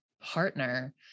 partner